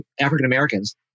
African-Americans